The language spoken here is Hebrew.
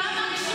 לכן אנחנו,